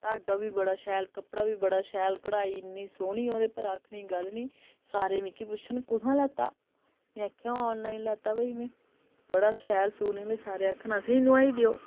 धागा बी बड़ा शैल कपड़ा बी बड़ा शैल कड़ाई इन्नी सोह्नी ओह्दे पर आखने दी गल्ल नी सारे मिकी पुच्छन कुत्थुआं लैता में आखेआ आनलाइन लैता भाई में बड़ा शैल सूट निकलेआ सारे आखन असें नोआई देओ